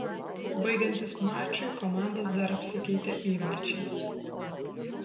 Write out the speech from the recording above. baigiantis mačui komandos dar apsikeitė įvarčiais